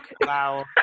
Wow